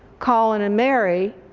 colin and mary,